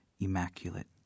immaculate